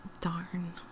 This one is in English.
Darn